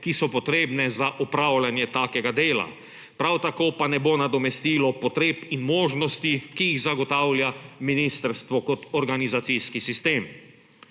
ki so potrebne za opravljanje takega dela, prav tako pa ne bo nadomestilo potreb in možnosti, ki jih zagotavlja ministrstvo kot organizacijski sistem.